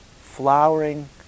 flowering